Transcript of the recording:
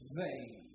vain